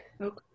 okay